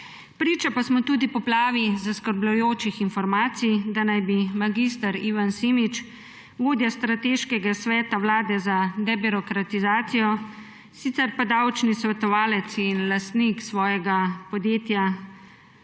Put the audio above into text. Priče pa smo tudi poplavi zaskrbljujočih informacij, da naj bi mag. Ivan Simič, vodja strateškega sveta vlade za debirokratizacijo, sicer pa davčni svetovalec in lastnik svojega podjetja,